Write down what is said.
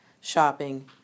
shopping